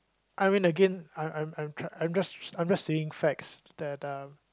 I mean Again I I I'm I'm just saying facts that um